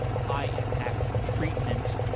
high impact treatment,